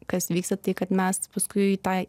kas vyksta tai kad mes paskui tai